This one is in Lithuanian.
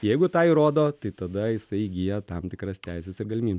jeigu tą įrodo tai tada jisai įgyja tam tikras teises ir galimybę